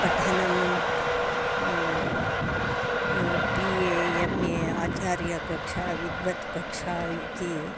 पठनं B A M A आचार्यकक्षा विद्वत् कक्षा इति